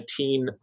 2019